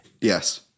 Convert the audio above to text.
Yes